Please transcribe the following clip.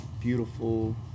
beautiful